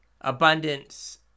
abundance